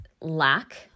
lack